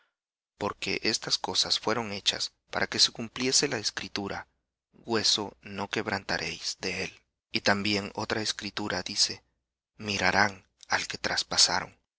porque estas cosas fueron hechas para que se cumpliese la escritura hueso no quebrantaréis de él y también otra escritura dice mirarán al que traspasaron